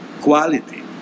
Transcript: quality